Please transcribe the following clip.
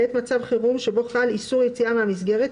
בעת מצב חירום שבו חל איסור יציאה מהמסגרת,